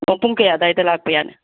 ꯑꯣ ꯄꯨꯡ ꯀꯌꯥ ꯑꯗ꯭ꯋꯥꯏꯗ ꯂꯥꯛꯄ ꯌꯥꯅꯤ